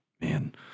Man